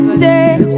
take